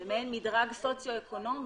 למעין מדרג סוציו-אקונומי,